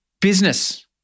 business